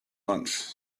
lunch